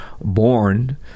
born